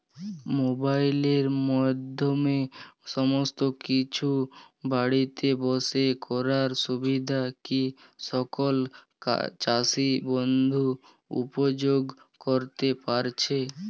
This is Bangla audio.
মোবাইলের মাধ্যমে সমস্ত কিছু বাড়িতে বসে করার সুবিধা কি সকল চাষী বন্ধু উপভোগ করতে পারছে?